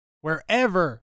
wherever